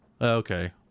Okay